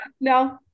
no